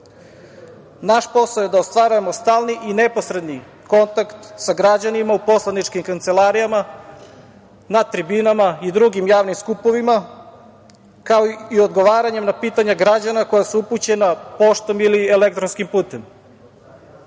Naš posao je da ostvarujemo stalni i neposredni kontakt sa građanima u poslaničkim kancelarijama, na tribinama i drugim javnim skupovima, kao i odgovaranje na pitanja građana koja su upućena poštom ili elektronskim